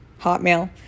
hotmail